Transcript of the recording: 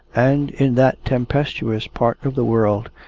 and in that tempestuous part of the world,